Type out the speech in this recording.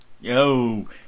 Yo